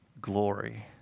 glory